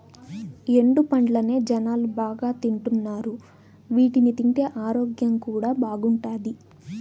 ఎండు పండ్లనే జనాలు బాగా తింటున్నారు వీటిని తింటే ఆరోగ్యం కూడా బాగుంటాది